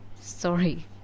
sorry